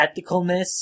ethicalness